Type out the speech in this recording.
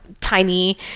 tiny